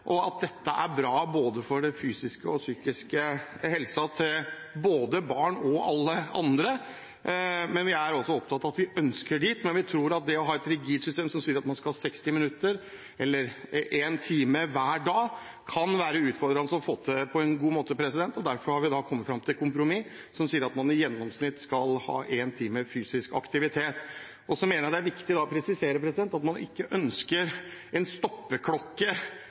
og at dette er bra for både den fysiske og den psykiske helsen til barn og alle andre. Vi er opptatt av det og ønsker å komme dit, men vi tror at det å ha et rigid system som sier at man skal ha 60 minutter eller én time hver dag, kan være utfordrende å få til på en god måte. Derfor har vi kommet fram til et kompromiss som sier at man i gjennomsnitt skal ha én time fysisk aktivitet daglig. Så mener jeg det er viktig å presisere at man ikke ønsker en stoppeklokke